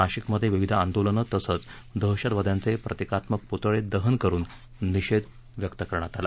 नाशिकमध्ये विविध आंदोलनं तसंच दहशतवाद्यांचे प्रतिकात्मक पुतळे दहन करून निषेध करण्यात आला